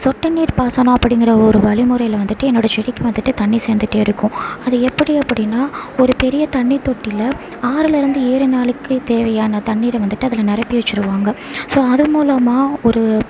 சொட்டுநீர் பாசனம் அப்படிங்கிற ஒரு வழிமுறையில் வந்துட்டு என்னோடய செடிக்கு வந்துட்டு தண்ணி சேர்ந்துட்டே இருக்கும் அது எப்படி அப்படின்னா ஒரு பெரிய தண்ணித் தொட்டியில் ஆறுலேயிருந்து ஏழு நாளைக்கு தேவையான தண்ணீரை வந்துட்டு அதில் நிரப்பி வச்சிடுவாங்க ஸோ அது மூலமாக ஒரு